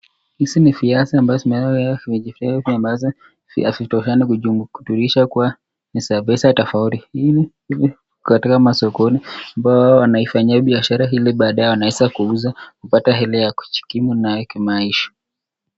Hizi ni viazi ambazo zimeweza ambazo havitoshani kutujulisha kuwa ni za pesa tofauti. Hizi ziko katika masokoni ambazo wanaifanyia biashari ili badaye wanaweza kuuza kupata hela ya kujikimu nayo kimaisha.